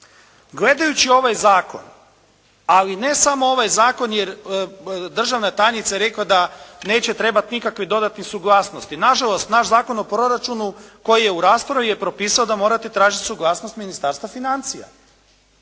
Gledajući ovaj zakon, ali ne samo ovaj zakon jer državna tajnica je rekla da neće trebati nikakvih dodatnih suglasnosti. Nažalost, naš Zakon o proračunu koji je u raspravi je propisao da morate tražiti suglasnost Ministarstva financija.